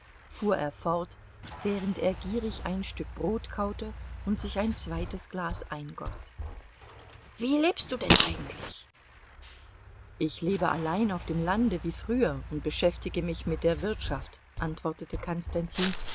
fuhr er fort während er gierig ein stück brot kaute und sich ein zweites glas eingoß wie lebst du denn eigentlich ich lebe allein auf dem lande wie früher und beschäftige mich mit der wirtschaft antwortete